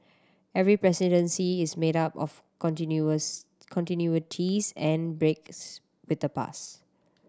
every presidency is made up of continuous continuities and breaks with the past